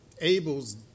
Abel's